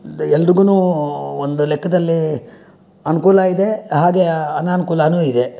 ಎಲ್ರಿಗುನೂ ಒಂದು ಲೆಕ್ಕದಲ್ಲಿ ಅನುಕೂಲ ಇದೆ ಹಾಗೆ ಅನನುಕೂಲನೂ ಇದೆ